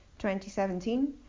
2017